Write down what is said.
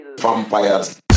vampires